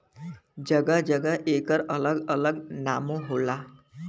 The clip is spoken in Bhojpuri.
जगह जगह एकर अलग अलग नामो होला